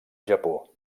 japó